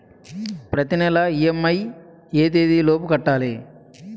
ప్రతినెల ఇ.ఎం.ఐ ఎ తేదీ లోపు కట్టాలి?